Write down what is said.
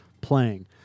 playing